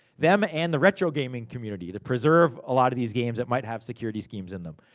them and the retro gaming community. to preserve a lot of these games that might have security schemes in them.